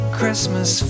Christmas